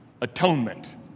atonement